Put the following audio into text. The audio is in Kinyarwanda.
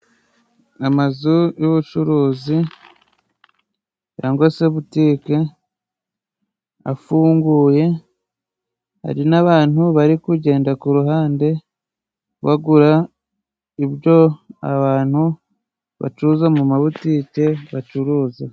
Amazu y'ubucuruzi cyangwa se butike, afunguye, hari n'abantu bari kugenda kuruhande, bagura ibyo abantu bacuruza mu mabutike bacuruza.